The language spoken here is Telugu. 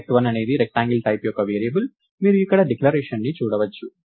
rect1 అనేది రెక్టాంగిల్ టైప్ యొక్క వేరియబుల్ మీరు ఇక్కడ డిక్లరేషన్ని చూడవచ్చు